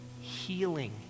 healing